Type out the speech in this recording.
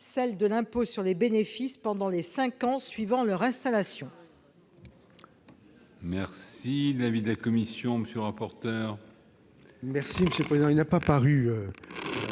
celle de l'impôt sur les bénéfices pendant les cinq ans suivant leur installation.